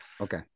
okay